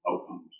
outcomes